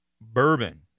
Bourbon